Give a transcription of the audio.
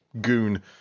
goon